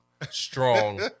strong